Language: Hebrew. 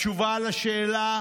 התשובה על השאלה